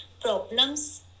problems